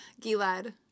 Gilad